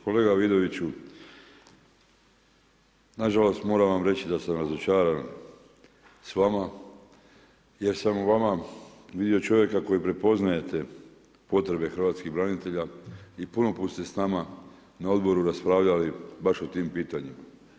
Kolega Vidoviću na žalost moram vam reći da sam razočaran s vama jer sam u vama vidio čovjeka koji prepoznajete potrebe hrvatskih branitelja i puno puta ste s nama na odboru raspravljali baš o tim pitanjima.